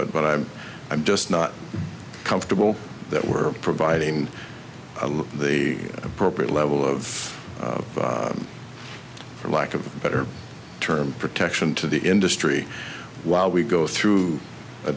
it but i'm i'm just not comfortable that we're providing the appropriate level of for lack of a better term protection to the industry while we go through a